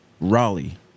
Raleigh